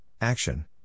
action